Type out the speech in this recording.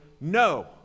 no